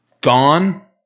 gone